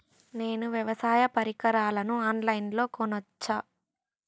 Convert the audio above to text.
నేను వ్యవసాయ పరికరాలను ఆన్ లైన్ లో కొనచ్చా?